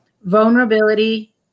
vulnerability